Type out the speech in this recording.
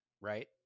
right